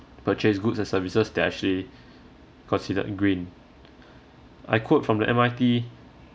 purchase goods and services that are actually considered green I quote from the M_I_T